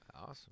Awesome